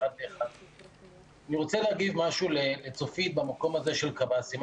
אני רוצה להגיד משהו לצופית במקום הזה של קב"סים.